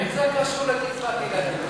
איך זה קשור לקצבת ילדים?